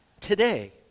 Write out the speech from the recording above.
today